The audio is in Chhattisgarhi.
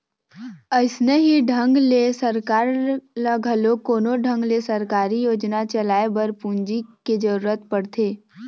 अइसने ही ढंग ले सरकार ल घलोक कोनो ढंग ले सरकारी योजना चलाए बर पूंजी के जरुरत पड़थे